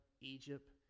Egypt